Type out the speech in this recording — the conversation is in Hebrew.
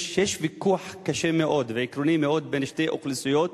שיש ויכוח קשה מאוד ועקרוני מאוד בין שתי אוכלוסיות,